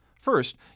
First